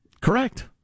Correct